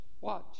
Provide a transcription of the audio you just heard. Watch